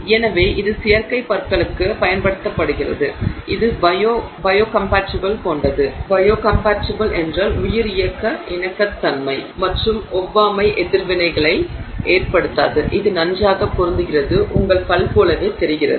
எனவே இது செயற்கை பற்களுக்கு பயன்படுத்தப்படுகிறது இது பயோ கம்பாடிபில் கொண்டது மற்றும் ஒவ்வாமை எதிர்விளைவுகளை ஏற்படுத்தாது இது நன்றாக பொருந்துகிறது உங்கள் பல் போலவே தெரிகிறது